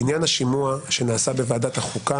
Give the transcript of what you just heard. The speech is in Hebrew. בעניין השימוע שנעשה בוועדת החוקה,